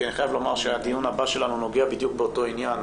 כי אני חייב לומר שהדיון הבא שלנו נוגע בדיוק באותו עניין,